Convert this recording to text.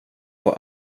vad